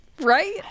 Right